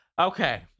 Okay